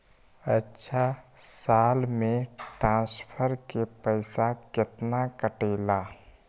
अछा साल मे ट्रांसफर के पैसा केतना कटेला?